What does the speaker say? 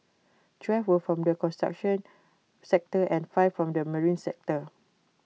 twelve were from the construction sector and five from the marine sector